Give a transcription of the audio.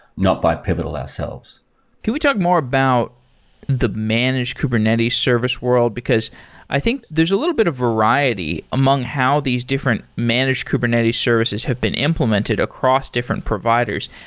not by pivotal ourselves can we talk more about the managed kubernetes service world? because i think, there's a little bit of variety among how these different managed kubernetes services have been implemented across different providers.